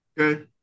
okay